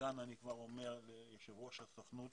וכאן אני כבר אומר ליושב ראש הסוכנות